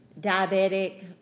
diabetic